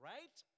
Right